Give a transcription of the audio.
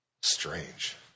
Strange